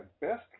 best